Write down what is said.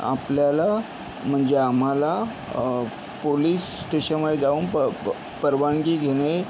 आपल्याला म्हणजे आम्हाला पोलीस स्टेशनमध्ये जाऊन परवानगी घेणे